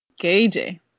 KJ